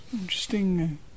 interesting